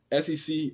SEC